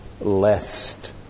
lest